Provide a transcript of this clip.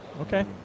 okay